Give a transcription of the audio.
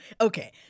okay